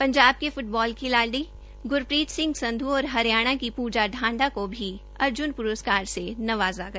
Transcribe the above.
पजांब के फुटबाल खिलाड़ी ग्रप्रीत सिंह संध् और हरियाणा की पूजा ढांडा को भी अर्ज्न अर्वाड से नवाजा गया